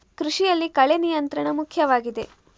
ಕೃಷಿಯಲ್ಲಿ ಕಳೆ ನಿಯಂತ್ರಣ ಮುಖ್ಯವಾಗಿದೆ